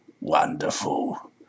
Wonderful